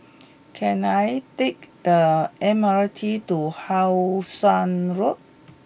can I take the M R T to How Sun Road